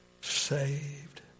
saved